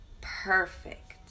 perfect